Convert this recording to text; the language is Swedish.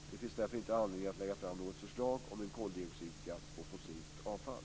Det finns därför inte anledning att lägga fram något förslag om en koldioxidskatt på fossilt avfall.